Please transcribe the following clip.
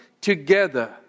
together